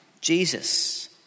Jesus